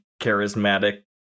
charismatic